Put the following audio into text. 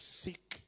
seek